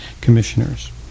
commissioners